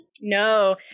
No